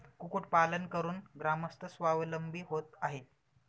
कुक्कुटपालन करून ग्रामस्थ स्वावलंबी होत आहेत